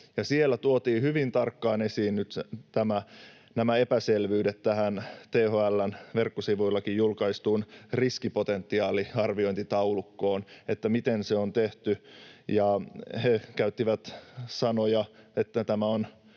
Siellä tuotiin hyvin tarkkaan esiin nämä epäselvyydet liittyen tähän THL:n verkkosivuillakin julkaistuun riskipotentiaaliarviointitaulukkoon, siihen, miten se on tehty, ja he käyttivät sanoja, että tämä on